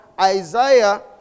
Isaiah